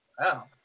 Wow